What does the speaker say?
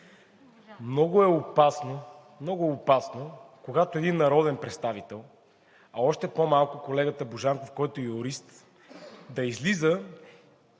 Много е опасно, когато един народен представител, а още по-малко колегата Божанков, който е юрист, да излиза,